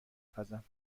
پزم